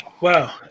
Wow